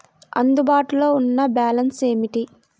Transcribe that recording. అందుబాటులో ఉన్న బ్యాలన్స్ ఏమిటీ?